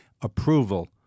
approval